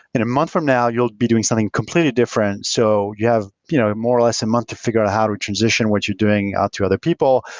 in a month from now you'll be doing something completely different. so you have you know more or less a month to figure out how to transition what you're doing out to other people.